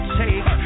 take